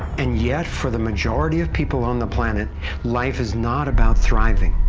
and yet, for the majority of people on the planet life is not about thriving,